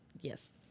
yes